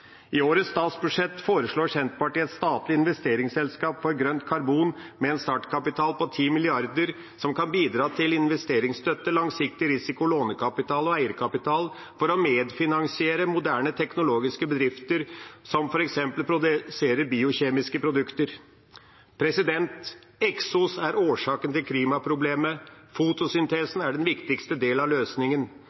I årets statsbudsjett foreslår Senterpartiet et statlig investeringsselskap for grønt karbon med en startkapital på 10 mrd. kr, som kan bidra til investeringsstøtte, langsiktig risikolånekapital og eierkapital for å medfinansiere moderne teknologiske bedrifter som f.eks. produserer biokjemiske produkter. Eksos er årsaken til klimaproblemet. Fotosyntesen er den viktigste delen av løsningen.